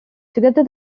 together